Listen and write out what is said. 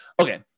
Okay